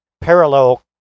parallel